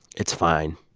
it's fine.